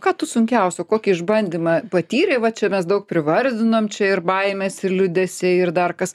ką tu sunkiausio kokį išbandymą patyrei vat čia mes daug privardinom čia ir baimės ir liūdesiai ir dar kas